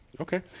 Okay